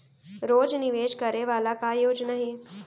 रोज निवेश करे वाला का योजना हे?